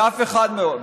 באף אחד מהם.